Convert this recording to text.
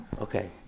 Okay